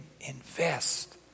invest